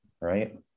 right